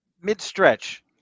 mid-stretch